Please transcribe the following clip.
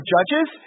Judges